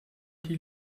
die